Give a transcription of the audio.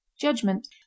Judgment